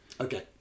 Okay